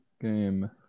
game